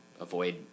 avoid